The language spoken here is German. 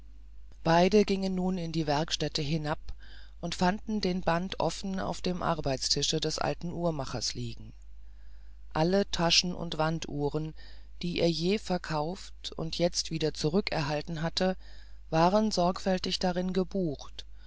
beide gingen nun in die werkstätte hinab und fanden den band offen auf dem arbeitstische des alten uhrmachers liegen alle taschen und wanduhren die er je verkauft und jetzt wieder zurückerhalten hatte waren sorgfältig darin gebucht